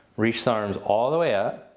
reach the arms all the way up.